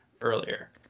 earlier